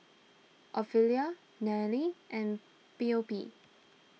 Ofelia Nannie and Phoebe